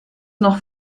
noch